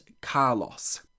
carlos